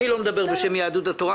אני גם לא מדבר בשם יהדות התורה,